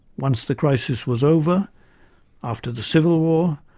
once the crisis was over after the civil war,